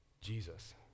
Jesus